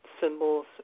symbols